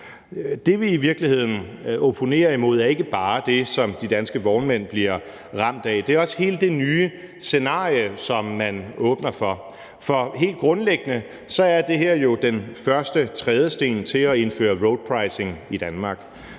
Det, vi i virkeligheden opponerer imod, er ikke bare det, som de danske vognmænd bliver ramt af, men det er også hele det nye scenarie, som man åbner for. For helt grundlæggende er det her jo den første trædesten til at indføre roadpricing i Danmark.